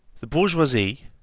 the bourgeoisie,